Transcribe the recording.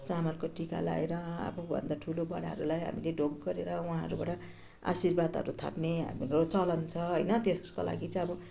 चामलको टिका लगाएर आफूभन्दा ठुलाबडाहरूलाई हामीले ढोग गरेर उहाँहरूबाट आशीर्वादहरू थाप्ने हाम्रो चलन छ होइन त्यसको लागि चाहिँ अब